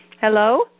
Hello